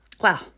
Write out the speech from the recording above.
Wow